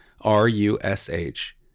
R-U-S-H